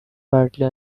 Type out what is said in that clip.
partly